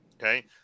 okay